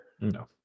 No